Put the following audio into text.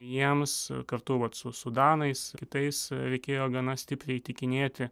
jiems kartu su su danais kitais reikėjo gana stipriai įtikinėti